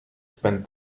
spent